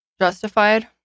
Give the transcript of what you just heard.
justified